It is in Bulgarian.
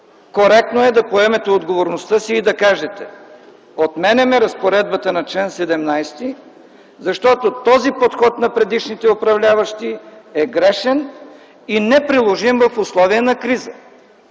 коректно е да поемете отговорността си и да кажете: отменяме разпоредбата на чл. 17, защото този подход на предишните управляващи е грешен и неприложим в условията на криза.